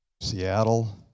Seattle